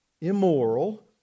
immoral